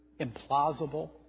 implausible